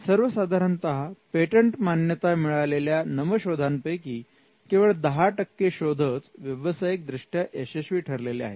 सर्वसाधारणतः patent मान्यता मिळालेल्या नवशोधा पैकी केवळ दहा टक्के शोधच व्यवसायिक दृष्ट्या यशस्वी ठरलेले आहेत